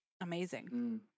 amazing